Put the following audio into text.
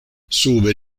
sube